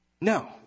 No